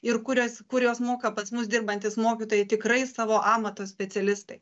ir kurios kuriuos moka pas mus dirbantys mokytojai tikrai savo amato specialistai